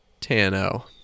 Tano